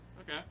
Okay